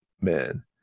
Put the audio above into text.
Man